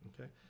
okay